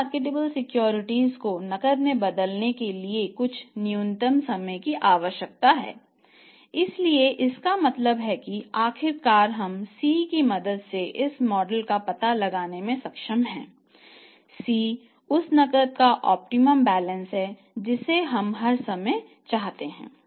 हमें marketable securities है जिसे हम हर समय चाहते हैं